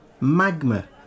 magma